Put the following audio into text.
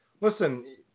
listen –